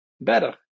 better